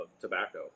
tobacco